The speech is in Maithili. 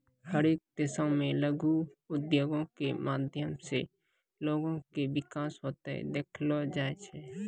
हरेक देशो मे लघु उद्योगो के माध्यम से लोगो के विकास होते देखलो जाय छै